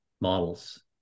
models